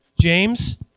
James